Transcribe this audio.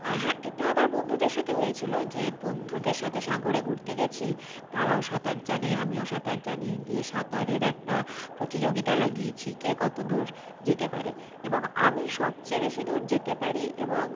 আর হ্যাঁ এটা আবার বন্ধুদের সাথে হয়েছিল যে বন্ধুদের সাথে সাগরে ঘুরতে গিয়েছি তারাও সাঁতার জানে আমিও সাঁতার জানি দিয়ে সাঁতারের একটা প্রতিযোগিতা লাগিয়েছি কে কত দূর যেতে পারে এবং আমি সবচেয়ে বেশি দূর যেতে পারি এবং